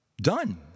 done